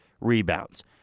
rebounds